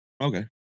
okay